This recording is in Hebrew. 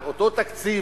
על אותו תקציב,